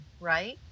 right